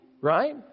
right